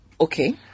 Okay